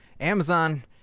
amazon